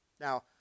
Now